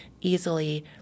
easily